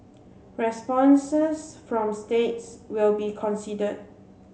responses from states will be considered